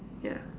yeah